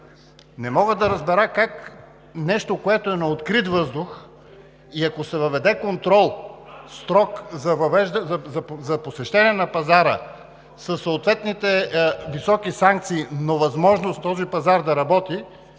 Не мога да разбера как нещо, което е на открито – ако се въведе строг контрол за посещение на пазара със съответните високи санкции, но с възможност този пазар да работи,